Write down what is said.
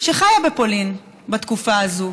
שחיה בפולין בתקופה הזאת.